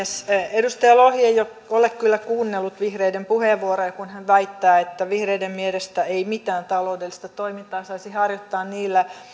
edustaja lohi ei ole kyllä kuunnellut vihreiden puheenvuoroja kun hän väittää että vihreiden mielestä ei mitään taloudellista toimintaa saisi harjoittaa niillä